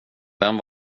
vem